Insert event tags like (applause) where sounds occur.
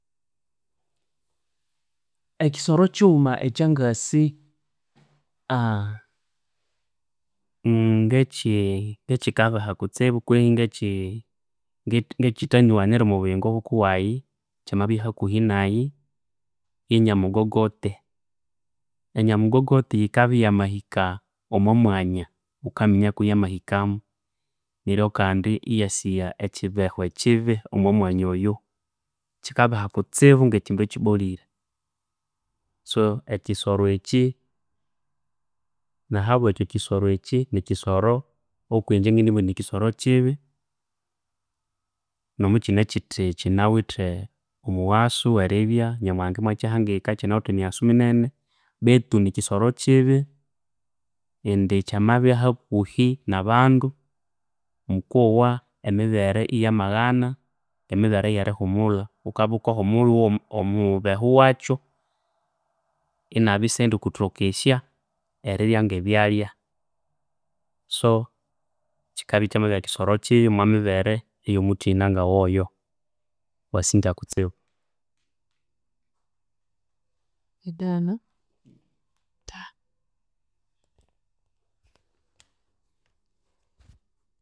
Ekisoro kighuma ekya ngasi (hesitation) ngeki ngeki kabeha kutsibu kwehi nge kita nyiwanire omwa buyingu bwayi kya mabya hakuhi nayi, ye nya mugogoti. Enya mugogoti yikabya yamahika omwa mwanya, ghukaminya kwa ya mahikamo neryo kandi iya sigha ekibeho ekyibi omwa mwanya oyo. Kika beha kutsibu nge kindu eki bolhire. So ekisoro ekyi, nahabwekyo ekisori ekyi, nikisoro okwinje ngendibugha indi nikisoro kibi namukine kiti kinawithe omuwaso nyamuhanga imwa kihangika kinawithe emighaso minene baitu ni Kisoro kiibi indi kyamabya hakuhi na bandu ghukowa emibere iya maghana, emibere eye rihumulha. Wukabya ghukahumulha iwowa omubeho wakyo inabya isyandikothokesya erirya nge byalhya. So kikabya ikya mabya Kisoro kibi omwa mibere eya mutina ngo woyo, mwa singya kutsibu. (unintelligible)